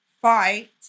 fight